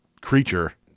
creature